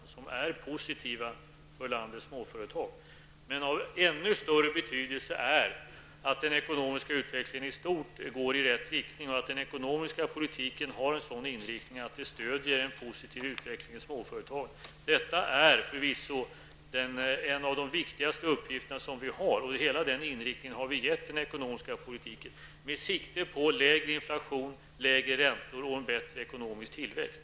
Dessa åtgärder är positiva för landets småföretag. Men av ännu större betydelse är att den ekonomiska utvecklingen i stort går i rätt riktning och att den ekonomiska politiken har en sådan inriktning att den stöder en positiv utveckling i småföretagen. Detta är förvisso en av de viktigaste uppgifter som vi har, och den ekonomiska politiken har fått en sådan inriktning att den tar sikte på lägre inflation, lägre räntor och en bättre ekonomisk tillväxt.